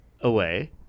away